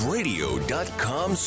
Radio.com